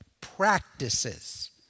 practices